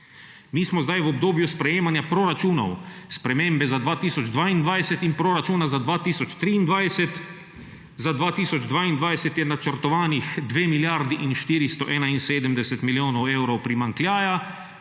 Mi smo zdaj v obdobju sprejemanja proračunov, spremembe za 2022 in proračuna za 2023. Za 2022 je načrtovanih 2 milijardi in 471 milijonov evrov primanjkljaja,